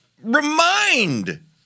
remind